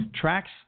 Tracks